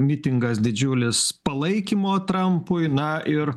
mitingas didžiulis palaikymo trampui na ir